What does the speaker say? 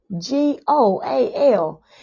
G-O-A-L